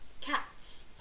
Cats